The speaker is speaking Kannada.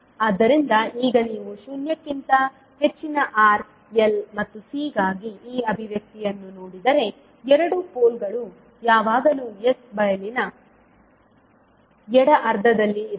ಆದ್ದರಿಂದ ಈಗ ನೀವು ಶೂನ್ಯಕ್ಕಿಂತ ಹೆಚ್ಚಿನ r l ಮತ್ತು c ಗಾಗಿ ಈ ಅಭಿವ್ಯಕ್ತಿಯನ್ನು ನೋಡಿದರೆ ಎರಡು ಪೋಲ್ಗಳು ಯಾವಾಗಲೂ s ಬಯಲಿನ ಎಡ ಅರ್ಧದಲ್ಲಿ ಇರುತ್ತದೆ